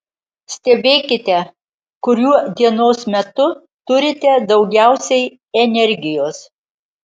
stebėkite kuriuo dienos metu turite daugiausiai energijos